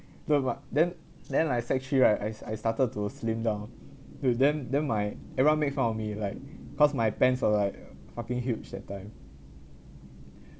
no but then then like sec three right I I started to slim down dude then then my everyone make fun of me like cause my pants are like fucking huge that time